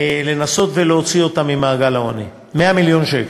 לנסות להוציא אותם ממעגל העוני 100 מיליון שקל.